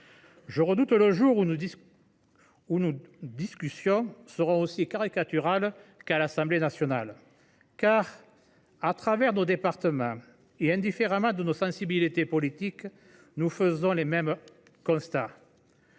Je redoute le jour où nos discussions seront aussi caricaturales qu’à l’Assemblée nationale. En effet, dans tous nos départements, quelles que soient nos sensibilités politiques, nous faisons les mêmes constats.